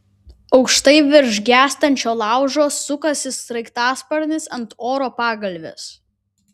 aukštai virš gęstančio laužo sukasi sraigtasparnis ant oro pagalvės